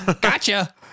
Gotcha